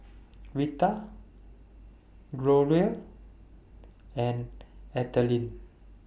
Vita Gloria and Adriene